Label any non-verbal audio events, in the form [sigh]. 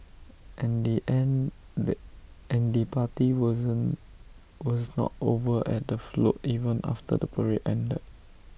and the [unintelligible] and the party was was not over at the float even after the parade ended